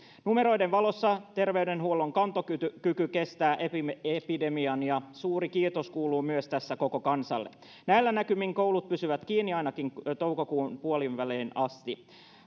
numeroiden valossa terveydenhuollon kantokyky kestää epidemian ja suuri kiitos kuuluu tässä myös koko kansalle näillä näkymin koulut pysyvät kiinni ainakin toukokuun puoleenväliin asti